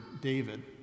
david